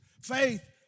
faith